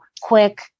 quick